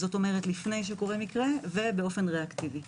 כלומר לפני שקורה מקרה ובאפן רה אקטיבי.